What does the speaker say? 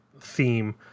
theme